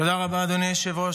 תודה רבה, אדוני היושב-ראש.